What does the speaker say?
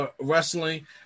wrestling